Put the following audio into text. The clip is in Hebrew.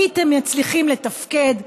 הייתם מצליחים לתפקד?